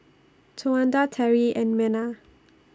Towanda Teri and Mena